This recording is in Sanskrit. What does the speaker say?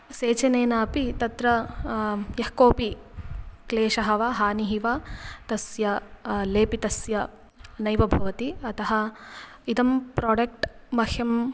सेचनेन अपि तत्र यः कोपि क्लेशः वा हानिः वा तस्य लेपितस्य नैव भवति अतः इदं प्रोडेक्ट् मह्यम्